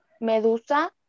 Medusa